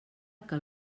que